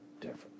different